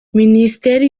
minisiteri